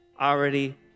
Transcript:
already